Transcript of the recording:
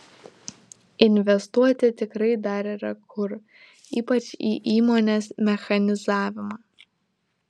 investuoti tikrai dar yra kur ypač į įmonės mechanizavimą